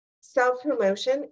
self-promotion